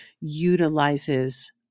utilizes